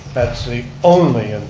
that's the only